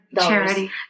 Charity